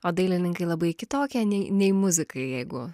o dailininkai labai kitokie nei nei muzikai jeigu